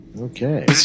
Okay